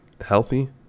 healthy